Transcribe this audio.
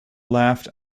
laughed